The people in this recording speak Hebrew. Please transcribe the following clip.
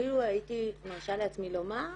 אפילו הייתי מרשה לעצמי לומר,